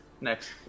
Next